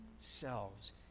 selves